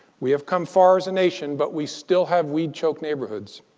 we have come far as a nation, but we still have weed choked neighborhoods.